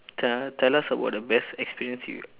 tell tell us about the best experience you